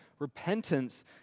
Repentance